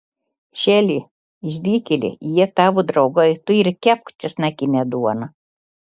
šeli išdykėli jie tavo draugai tu ir kepk česnakinę duoną